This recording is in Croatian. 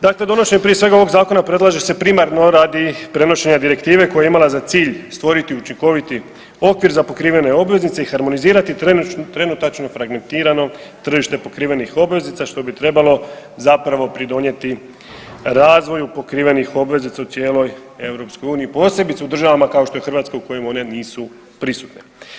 Dakle, donošenje prije svega ovoga Zakona predlaže se primarno radi prenošenja Direktive koja je imala za cilj stvoriti učinkoviti okvir za pokrivene obveznice i harmonizirati trenutačno fragmentirano tržište pokrivenih obveznica što bi trebalo zapravo pridonijeti razvoju pokrivenih obveznica u cijeloj Europskoj uniji, posebice u državama kao što je Hrvatska u kojima one nisu prisutne.